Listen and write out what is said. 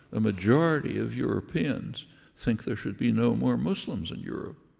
a majority of europeans think there should be no more muslims in europe,